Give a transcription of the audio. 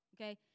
okay